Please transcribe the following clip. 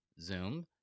Zoom